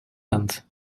end